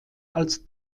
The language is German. als